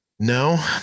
No